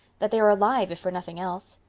that they are alive, if for nothing else.